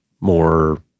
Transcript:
more